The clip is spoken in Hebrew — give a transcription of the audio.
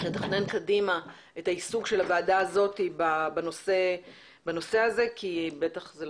נתכנן קדימה את עיסוק הוועדה הזאת בנושא הזה כי בטח לא